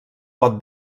pot